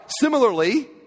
Similarly